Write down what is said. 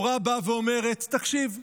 התורה באה ואומרת: תקשיב,